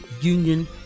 union